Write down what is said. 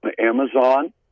Amazon